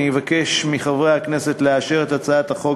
אני אבקש מחברי הכנסת לאשר את הצעת החוק